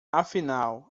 afinal